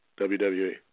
WWE